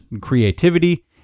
creativity